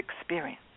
experience